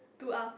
two arm